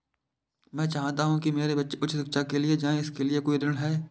मैं चाहता हूँ कि मेरे बच्चे उच्च शिक्षा के लिए जाएं क्या इसके लिए कोई ऋण है?